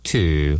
Two